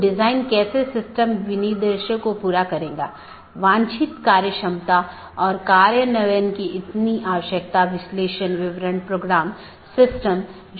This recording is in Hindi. BGP निर्भर करता है IGP पर जो कि एक साथी का पता लगाने के लिए आंतरिक गेटवे प्रोटोकॉल है